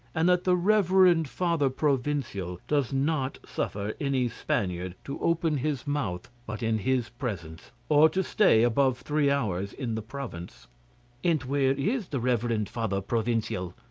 and that the reverend father provincial does not suffer any spaniard to open his mouth but in his presence, or to stay above three hours in the province and where is the reverend father provincial?